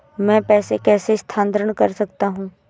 मैं पैसे कैसे स्थानांतरण कर सकता हूँ?